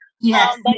yes